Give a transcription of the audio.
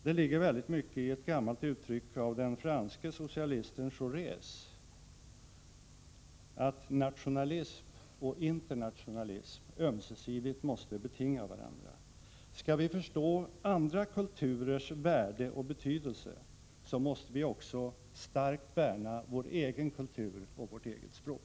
Det ligger väldigt mycket i ett gammalt uttryck myntat av den franske socialisten Jaurés, att nationalism och internationalism ömsesidigt måste betinga varandra. Skall vi förstå andra kulturers värde och betydelse, måste vi också starkt värna vår egen kultur och vårt eget språk.